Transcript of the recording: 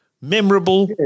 memorable